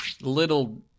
little